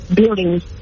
buildings